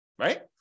Right